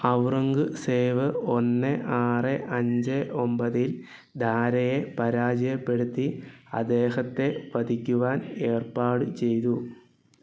ഔറംഗ്സേബ് ഒന്ന് ആറ് അഞ്ച് ഒമ്പതിൽ ദാരയെ പരാജയപ്പെടുത്തി അദ്ദേഹത്തെ വധിക്കുവാൻ ഏര്പ്പാട് ചെയ്തു